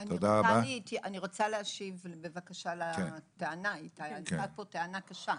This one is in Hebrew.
אני רוצה להשיב בבקשה לטענה, עלתה פה טענה קשה.